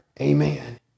Amen